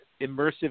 immersive